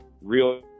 real